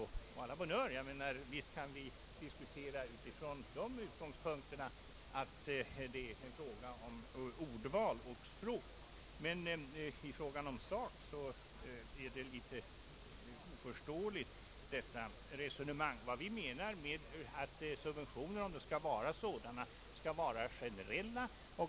Å la bonne heure, visst kan vi diskutera från dessa utgångspunkter — det är egentligen bara fråga om ordval och språk. I sak är dock detta resonemang litet oförståeligt. Vi menar att subventioner, om det skall vara sådana, bör vara generella.